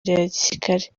gisirikare